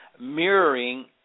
mirroring